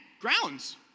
grounds